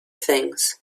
things